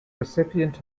recipient